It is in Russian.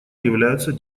являются